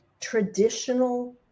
traditional